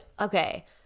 okay